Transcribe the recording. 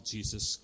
Jesus